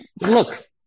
Look